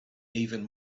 even